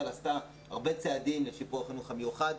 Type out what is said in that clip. עשתה הרבה צעדים לשיפור החינוך המיוחד,